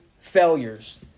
failures